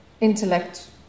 intellect